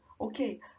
Okay